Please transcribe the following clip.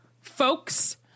folks